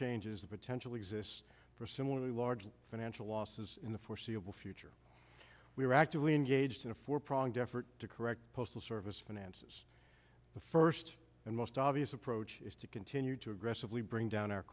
changes the potential exists for similarly large financial losses in the foreseeable future we are actively engaged in a four pronged effort to correct postal service finances the first and most obvious approach is to continue to aggressively bring down our